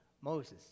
Moses